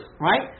right